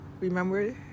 Remember